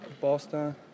Boston